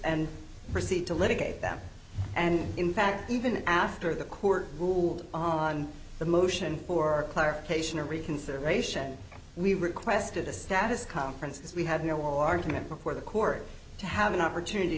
and proceed to litigate that and in fact even after the court ruled on the motion for clarification or reconsideration we requested a status conference as we had no argument before the court to have an opportunity